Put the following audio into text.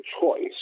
choice